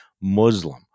Muslim